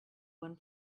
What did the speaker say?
one